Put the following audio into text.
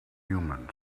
humans